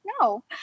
no